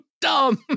dumb